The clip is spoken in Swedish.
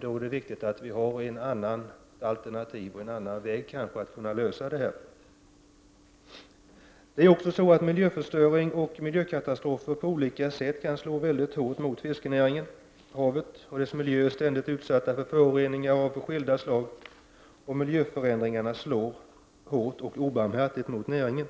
Då är det viktigt att det finns ett alternativ för att lösa detta problem. Miljöförstöring och miljökatastrofer kan på olika sätt slå hårt mot fiskenäringen. Havet och dess miljö är ständigt utsatta för föroreningar av skilda slag, och miljöförändringar slår hårt och obarmhärtigt mot näringen.